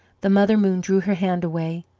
the mother moon drew her hand away.